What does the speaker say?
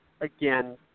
Again